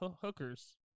hookers